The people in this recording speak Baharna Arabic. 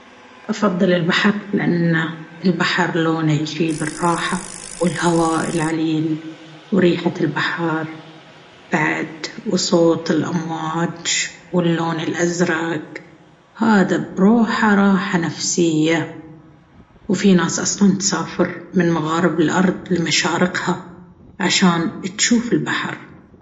أفضل البحر لأن البحر لونه يجيب الراحة والهواء العليل وريحة البحر بعد وصوت الأمواج واللون الأزرق هذا بروحه راحة نفسية وفي ناس أصلا تسافر من مغارب الأرض لمشارقها بس عشان تجوف البحر.